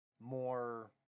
more